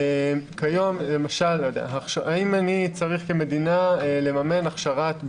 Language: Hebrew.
למשל האם אני צריך כמדינה לממן הכשרת ברמנים.